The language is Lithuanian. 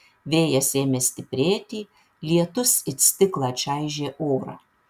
vėjas ėmė stiprėti lietus it stiklą čaižė orą